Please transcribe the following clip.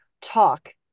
talk